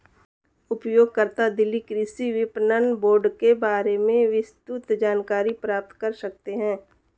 उपयोगकर्ता दिल्ली कृषि विपणन बोर्ड के बारे में विस्तृत जानकारी प्राप्त कर सकते है